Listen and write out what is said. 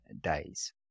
days